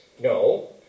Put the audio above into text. No